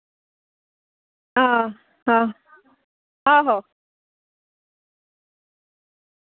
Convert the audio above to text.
हां हां आहो